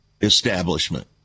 establishment